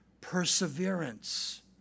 Perseverance